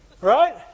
right